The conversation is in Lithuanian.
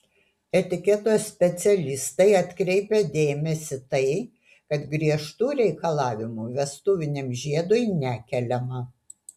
etiketo specialistai atkreipia dėmesį tai kad griežtų reikalavimų vestuviniam žiedui nekeliama